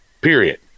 Period